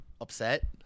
upset